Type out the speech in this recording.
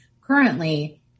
Currently